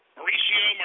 Mauricio